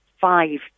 five